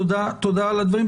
תודה על הדברים.